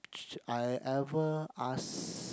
ch~ I ever ask